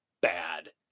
bad